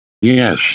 Yes